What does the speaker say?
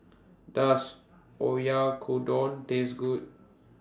Does Oyakodon Taste Good